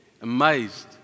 Amazed